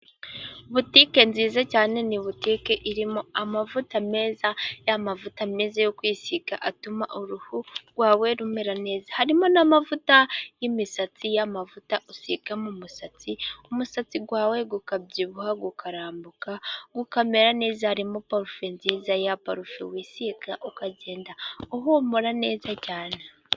Butike nziza cyane ni butike irimo amavuta meza ya mavuta meza yo kwisiga atuma uruhu rwawe rumera neza. Harimo n'amavuta y'imisatsi, ya mavuta usigamo mu musatsi ,umusatsi wawe gukabyibuha, ukarambuka, ukamera neza. Harimo parufe nziza. Ya parufe wisiga ukagenda uhumura neza cyane.